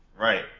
Right